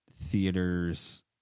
theaters